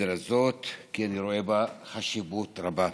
לסדר-היום הזאת כי אני רואה בה חשיבות רבה.